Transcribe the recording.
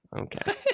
okay